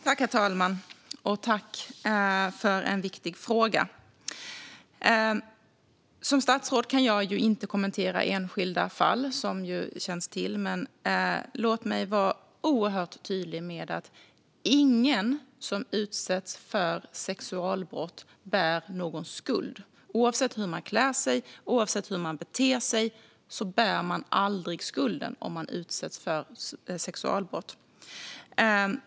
Herr talman! Jag tackar för en viktig fråga. Som statsråd kan jag inte kommentera enskilda fall, som ledamoten känner till. Men låt mig vara oerhört tydlig med att ingen som utsätts för sexualbrott bär någon skuld. Oavsett hur man klär sig och oavsett hur man beter sig bär man aldrig skulden om man utsätts för sexualbrott.